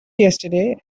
yesterday